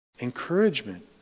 Encouragement